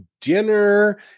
dinner